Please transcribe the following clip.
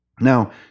Now